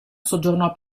soggiornò